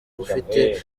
ufite